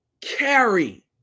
carry